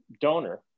donor